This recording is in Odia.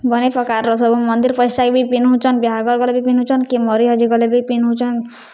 ବନେ ପ୍ରକାର୍ର ସବୁ ମନ୍ଦିର୍ ପଏସା ବି ପିନ୍ଧୁଚନ୍ ବିହାଘର ଗଲେ ବି ପିନ୍ଧୁଚନ୍ କି ମରି ହଜି ଗଲେ ବି ପିନ୍ଧୁଚନ୍